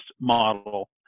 model